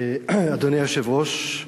אדוני היושב-ראש,